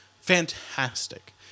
Fantastic